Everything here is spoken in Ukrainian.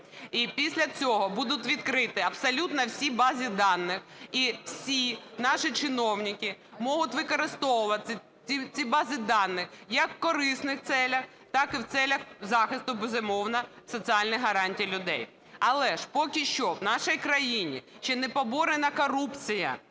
і після цього будуть відкриті абсолютно всі бази даних і всі наші чиновники можуть використовувати ці бази даних як в корисних цілях, так і в цілях захисту, безумовно, соціальних гарантій людей. Але ж поки що в нашій країні ще не поборена корупція,